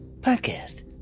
podcast